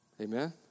Amen